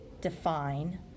define